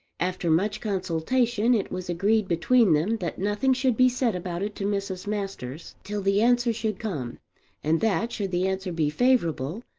after much consultation it was agreed between them that nothing should be said about it to mrs. masters till the answer should come and that, should the answer be favourable,